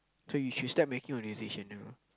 so you should start making your decision now